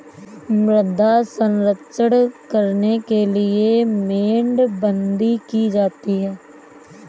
मृदा संरक्षण करने के लिए मेड़बंदी की जाती है